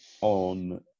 on